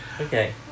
Okay